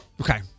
Okay